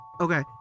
okay